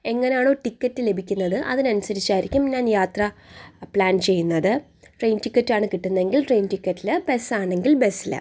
എങ്ങനെയാണോ ടിക്കറ്റ് ലഭിക്കുന്നത് അതിനനുസരിച്ച് ആയിരിക്കും ഞാൻ യാത്ര പ്ലാൻ ചെയ്യുന്നത് ട്രെയിൻ ടിക്കറ്റ് ആണ് കിട്ടുന്നെങ്കിൽ ട്രെയിൻ ടിക്കറ്റിൽ ബസ് ആണെങ്കിൽ ബസ്സില്